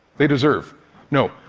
they deserve no,